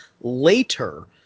later